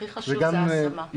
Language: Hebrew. הכי חשוב זה ההשמה.